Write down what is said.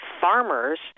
farmers